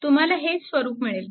तुम्हाला हेच स्वरूप मिळेल